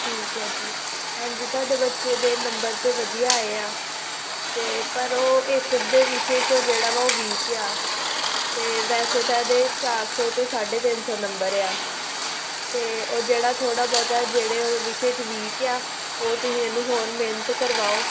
ਠੀਕ ਹੈ ਜੀ ਹਾਂਜੀ ਤੁਹਾਡੇ ਬੱਚੇ ਦੇ ਨੰਬਰ ਤਾਂ ਵਧੀਆ ਆਏ ਆ ਅਤੇ ਪਰ ਉਹ ਇੱਕ ਅੱਧੇ ਵਿਸ਼ੇ ਚੋਂ ਜਿਹੜਾ ਵਾ ਉਹ ਵੀਕ ਆ ਅਤੇ ਵੈਸੇ ਤਾਂ ਇਹਦੇ ਚਾਰ ਸੌ ਤੋਂ ਸਾਢੇ ਤਿੰਨ ਸੌ ਨੰਬਰ ਆ ਅਤੇ ਉਹ ਜਿਹੜਾ ਥੋੜ੍ਹਾ ਬਹੁਤਾ ਜਿਹੜੇ ਵਿਸ਼ੇ 'ਚ ਵੀਕ ਆ ਉਹ ਤੁਸੀਂ ਇਹਨੂੰ ਹੋਰ ਮਿਹਨਤ ਕਰਵਾਓ